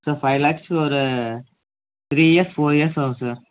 sir five லேக்ஸ்க்கு ஒரு three years four years ஆகும் சார்